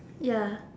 ya